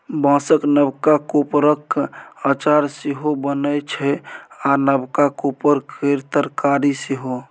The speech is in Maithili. बाँसक नबका कोपरक अचार सेहो बनै छै आ नबका कोपर केर तरकारी सेहो